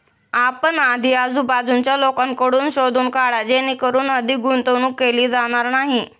आपण आधी आजूबाजूच्या लोकांकडून शोधून काढा जेणेकरून अधिक गुंतवणूक केली जाणार नाही